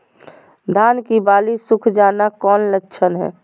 धान की बाली सुख जाना कौन लक्षण हैं?